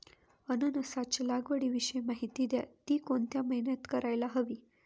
अननसाच्या लागवडीविषयी माहिती द्या, ति कोणत्या महिन्यात करायला हवी?